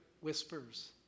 whispers